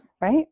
Right